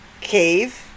Cave